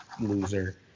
loser